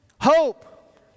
hope